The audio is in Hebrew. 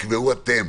תקבעו אתם